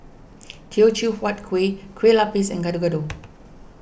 Teochew Huat Kuih Kueh Lapis and Gado Gado